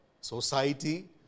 society